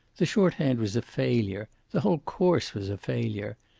the shorthand was a failure the whole course was a failure.